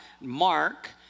Mark